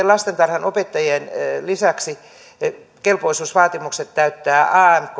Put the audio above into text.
lastentarhanopettajien lisäksi kelpoisuusvaatimukset täyttävät